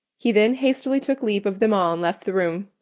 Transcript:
he then hastily took leave of them all and left the room.